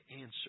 answer